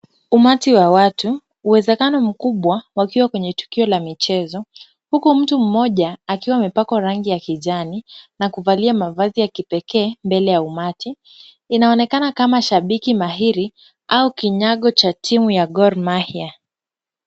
Umati wa watu, uwezekano mkubwa wakiwa kwenye tukio la michezo, huku mtu mmoja, akiwa amepakwa rangi ya kijani na kuvalia mavazi ya kipekee mbele ya umati, inaonekana kama shabiki mahiri au kinyago cha timu ya Gor Mahia.